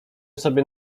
sobie